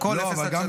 הכול, אפס עד שלוש.